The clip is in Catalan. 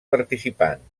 participants